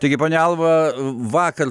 taigi ponia alva vakar